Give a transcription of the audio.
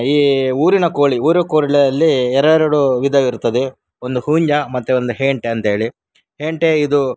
ಈ ಊರಿನ ಕೋಳಿ ಊರ ಕೋಳಿಯಲ್ಲಿ ಎರಡು ವಿಧವಿರುತ್ತದೆ ಒಂದು ಹುಂಜ ಮತ್ತು ಒಂದು ಹೇಂಟೆ ಅಂತ್ಹೇಳಿ ಹೇಂಟೆ ಇದು